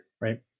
right